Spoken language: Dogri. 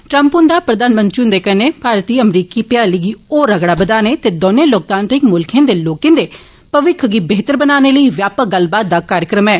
ट्रंप हुंदा प्रधानमंत्री हुंदे कन्नै भारत अमरीकी भ्याली गी होर अगड़ा बघाने ते दौनें लोकतांत्रिक मुल्खें दे लोकें दे भविक्ख गी बेहतर बनाने लेई व्यापक गल्लबात दा कार्यक्रम ऐ